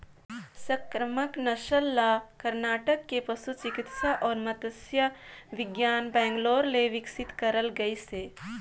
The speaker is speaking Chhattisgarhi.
संकरामक नसल ल करनाटक के पसु चिकित्सा अउ मत्स्य बिग्यान बैंगलोर ले बिकसित करल गइसे